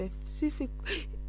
specifically